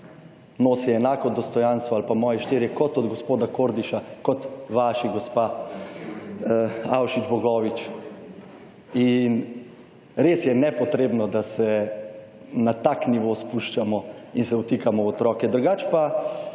nosi enako dostojanstvo ali pa moji štirje kot od gospoda Kordiša kot vaši gospa Avšič Bogovič. In res je nepotrebno, da se na tak nivo spuščamo in se vtikamo v otroke. Drugače pa,